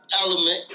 element